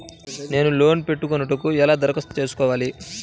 నేను లోన్ పెట్టుకొనుటకు ఎలా దరఖాస్తు చేసుకోవాలి?